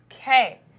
Okay